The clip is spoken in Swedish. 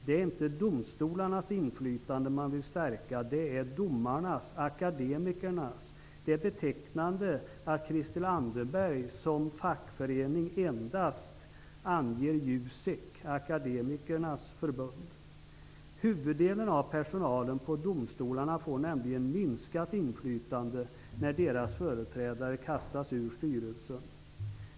Det är inte domstolarnas inflytande man vill stärka, utan det är domarnas, akademikernas. Det är betecknande att Christel Anderberg som fackförening endast anger Jusek, akademikernas förbund. Huvuddelen av personalen på domstolarna får nämligen minskat inflytande, när deras företrädare kastas ur styrelsen.